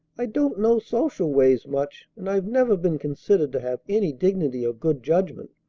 i don't know social ways much, and i've never been considered to have any dignity or good judgment.